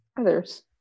others